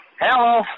Hello